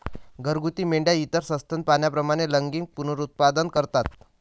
घरगुती मेंढ्या इतर सस्तन प्राण्यांप्रमाणे लैंगिक पुनरुत्पादन करतात